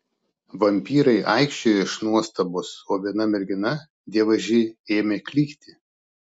vampyrai aikčiojo iš nuostabos o viena mergina dievaži ėmė klykti